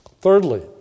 Thirdly